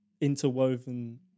interwoven